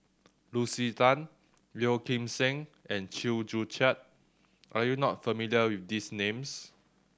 Lucy Tan Yeo Kim Seng and Chew Joo Chiat are you not familiar with these names